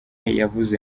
yavuze